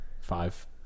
Five